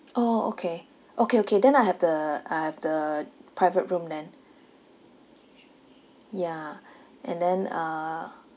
orh okay okay okay then I have the I have the private room then ya and then uh